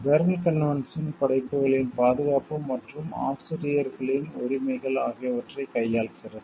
Berne convention படைப்புகளின் பாதுகாப்பு மற்றும் ஆசிரியர்களின் உரிமைகள் ஆகியவற்றைக் கையாள்கிறது